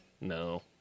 No